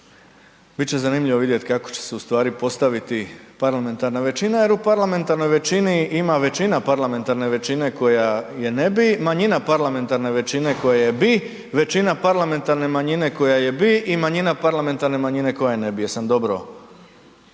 će zanimljivo vidjeti kako će se ustvari postaviti parlamentarna većina jer u parlamentarnoj većini ima većina parlamentarne većine koja je ne bi, manjina parlamentarne većine koja je bi, većina parlamentarne manjine koja je bi i manjina parlamentarne manjine koja je ne bi. Jesam dobro